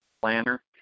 planner